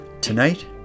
Tonight